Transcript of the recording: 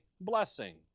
blessing